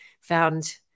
found